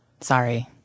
Sorry